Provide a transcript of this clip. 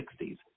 1960s